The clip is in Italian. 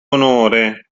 onore